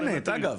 היא הנותנת, אגב.